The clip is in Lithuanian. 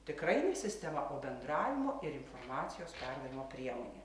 tikrai ne sistema o bendravimo ir informacijos perdavimo priemonė